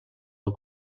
del